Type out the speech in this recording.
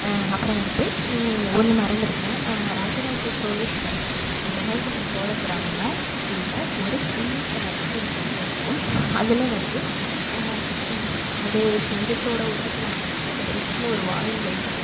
அப்புறம் வந்து ஒன்று மறந்திருத்தேன் ராஜராஜ சோழிஷ்வரம் கங்கை கொண்ட சோழபுரமில் உள்ள ஒரு சிம்ம கிணறுன்னு ஒரு கிணறு இருக்கும் அதில் வந்து அது சிங்கத்தோடய உருவத்தில் அமைச்சி அது வயிற்றில் ஒரு வாயில் வைத்து